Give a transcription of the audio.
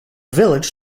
village